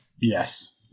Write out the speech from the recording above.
Yes